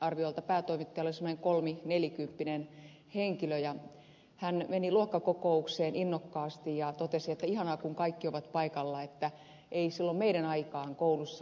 arviolta päätoimittaja oli semmoinen kolminelikymppinen henkilö ja hän meni luokkakokoukseen innokkaasti ja totesi että ihanaa kun kaikki ovat paikalla että ei silloin meidän aikanamme koulussa ollut kiusaamista